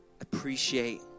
appreciate